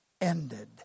ended